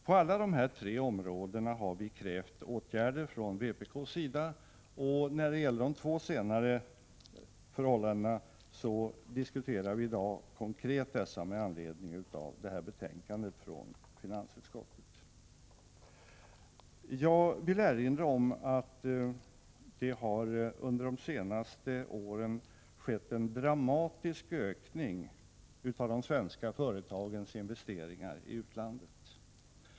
På alla de här tre områdena har vi från vpk:s sida krävt åtgärder. När det gäller de två senare förhållandena diskuterar vi dessa konkret i dag med anledning av betänkandet från finansutskottet. Jag vill erinra om att det under de senaste åren har skett en dramatisk ökning av de svenska företagens investeringar i utlandet.